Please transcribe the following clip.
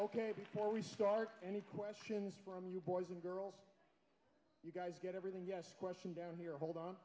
ok before we start any questions from you boys than girls you guys get everything yes question down here hold on